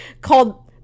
Called